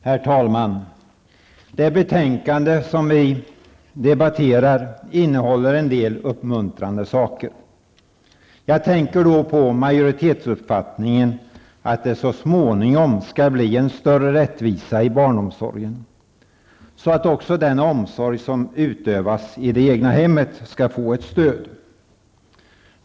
Herr talman! Det betänkande vi nu debatterar innehåller en del uppmuntrande saker. Jag tänker då på majoritetsuppfattningen att det så småningom skall bli en större rättvisa i barnomsorgen så att också den omsorg som utövas i det egna hemmet skall få ett stöd.